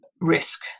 risk